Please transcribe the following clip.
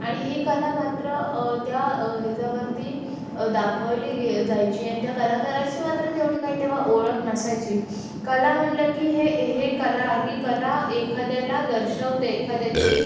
आणि ही कला मात्र त्या ह्याच्यावरती दाखवली गे जायची आणि त्या कलाकाराची मात्र तेवढी काय तेव्हा ओळख नसायची कला म्हणलं की हे हे कला ही कला एखाद्याला दर्शवते एखाद्याची